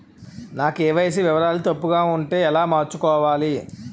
నా కే.వై.సీ వివరాలు తప్పుగా ఉంటే ఎలా మార్చుకోవాలి?